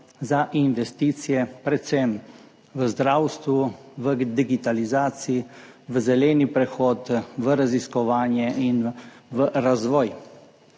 za investicije, predvsem v zdravstvu, v digitalizaciji, v zeleni prehod, v raziskovanje in v razvoj.